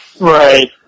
Right